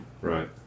Right